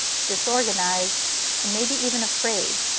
disorganized and maybe even afraid.